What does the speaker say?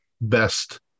best